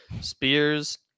spears